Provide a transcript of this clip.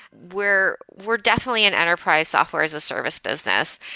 we're we're definitely in enterprise software as a service business.